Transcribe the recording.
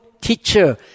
teacher